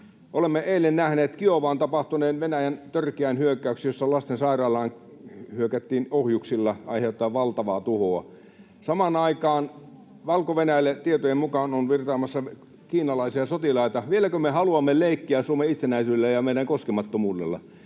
Olemme eilen nähneet Kiovaan tapahtuneen Venäjän törkeän hyökkäyksen, jossa lastensairaalaan hyökättiin ohjuksilla aiheuttaen valtavaa tuhoa. Samaan aikaan Valko-Venäjälle tietojen mukaan on virtaamassa kiinalaisia sotilaita. Vieläkö me haluamme leikkiä Suomen itsenäisyydellä ja meidän koskemattomuudella?